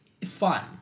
fun